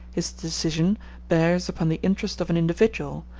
his decision bears upon the interest of an individual,